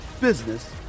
business